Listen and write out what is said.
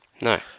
No